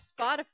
Spotify